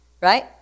right